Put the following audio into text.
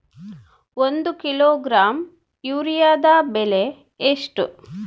ಒಂದು ಕಿಲೋಗ್ರಾಂ ಯೂರಿಯಾದ ಬೆಲೆ ಎಷ್ಟು?